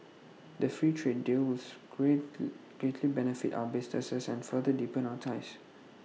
the free trade deal was great greatly benefit our businesses and further deepen our ties